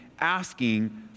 asking